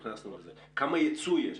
כמה ייצוא יש?